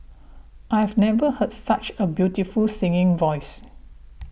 I've never heard such a beautiful singing voice